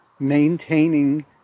Maintaining